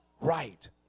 right